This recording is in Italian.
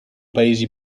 paesi